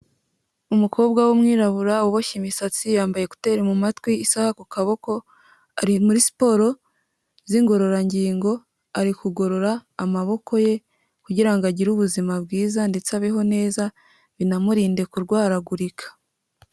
Umukobwa w'umwirabura uboshye imisatsi, yambaye ekuteri mu matwi, isaha ku kaboko, ari muri siporo z'ingororangingo, ari kugorora amaboko ye kugira ngo agire ubuzima bwiza ndetse abeho neza, binamurinde kurwaragurika.